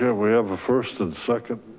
yeah we have a first, and second.